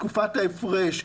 בתקופת ההפרש,